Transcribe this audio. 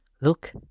Look